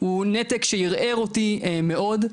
הוא נתק שערער אותי מאוד.